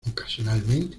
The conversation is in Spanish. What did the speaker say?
ocasionalmente